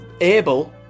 able